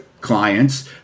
clients